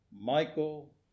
Michael